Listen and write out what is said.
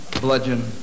Bludgeon